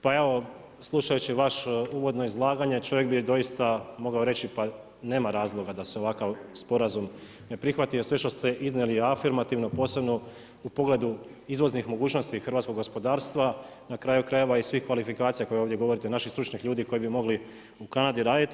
Pa evo slušajući vaše uvodno izlaganje čovjek bi doista mogao reći pa nema razloga da se ovakav sporazum ne prihvati jer što ste iznijeli je afirmativno posebno u pogledu izvoznih mogućnosti hrvatskog gospodarstva, na kraju krajeva i svih kvalifikacija koje ovdje govorite, naših stručnih ljudi koji bi mogli u Kanadi raditi.